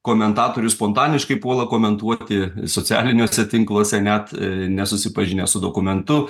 komentatorių spontaniškai puola komentuoti socialiniuose tinkluose net a nesusipažinę su dokumentu